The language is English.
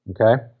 Okay